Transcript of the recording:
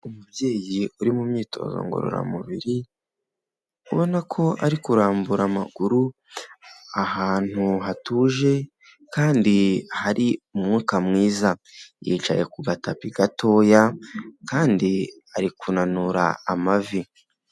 Umubyeyi uri mu myitozo ngororamubiri, ubona ko ari kurambura amaguru ahantu hatuje kandi hari umwuka mwiza. Yicaye ku gatapi gatoya kandi ari kunanura amavi.